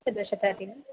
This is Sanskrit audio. चतुर्शताधिकम्